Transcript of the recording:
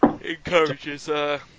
Encourages